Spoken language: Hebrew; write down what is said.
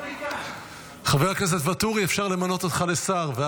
חברת הכנסת שלי טל מרון, בבקשה.